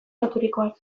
loturikoa